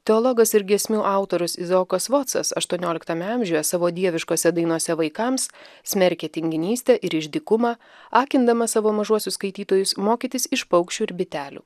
teologas ir giesmių autorius izaokas vocas aštuonioliktame amžiuje savo dieviškose dainose vaikams smerkia tinginystę ir išdykumą akindamas savo mažuosius skaitytojus mokytis iš paukščių ir bitelių